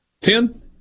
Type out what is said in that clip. Ten